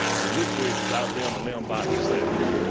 and woodbridge is out there on a limb by themselves.